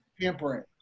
Tampering